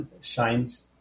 shines